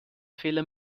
fehler